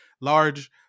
large